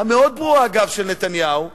המאוד ברורה, של נתניהו,